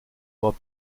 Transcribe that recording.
pas